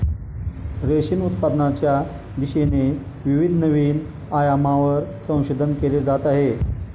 रेशीम उत्पादनाच्या दिशेने विविध नवीन आयामांवर संशोधन केले जात आहे